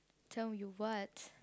tell you what